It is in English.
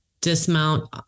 dismount